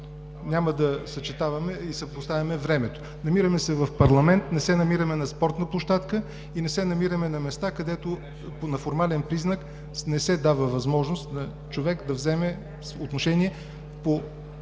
Няма да съчетаваме и съпоставяме времето. Намираме се в парламент, не се намираме на спортна площадка и не се намираме на места, където на формален признак не се дава възможност на човек да вземе отношение по